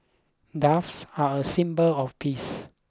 doves are a symbol of peace